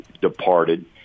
departed